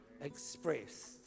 expressed